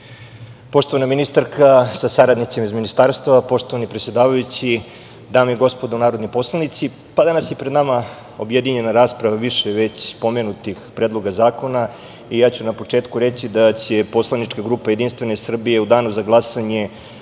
ministarka sa saradnicima iz Ministarstva, poštovani predsedavajući, dame i gospodo narodni poslanici, danas je pred nama objedinjena rasprava o više već spomenutih predloga zakona. Ja ću na početku reći da će poslanička grupa JS u danu za glasanje